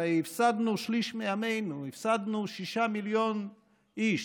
הרי הפסדנו שליש מעמנו, הפסדנו שישה מיליון איש.